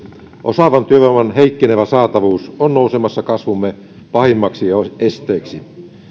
osaavan työvoiman heikkenevä saatavuus on nousemassa kasvumme pahimmaksi esteeksi